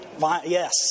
Yes